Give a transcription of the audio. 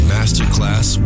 Masterclass